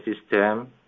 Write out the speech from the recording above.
system